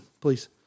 please